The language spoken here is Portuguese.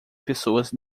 pessoas